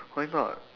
why not